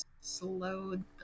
slowed